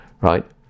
right